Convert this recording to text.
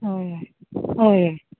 होय होय होय होय